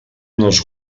nos